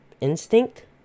Instinct